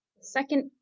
Second